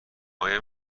آیا